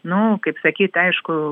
nu kaip sakyti aišku